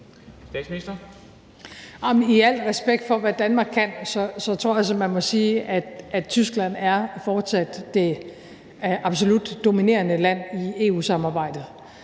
I al respekt for, hvad Danmark kan, tror jeg, man må sige, at Tyskland fortsat er det absolut dominerende land i EU-samarbejdet,